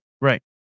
right